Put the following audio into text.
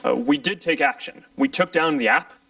ah we did take action. we took down the app,